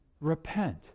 repent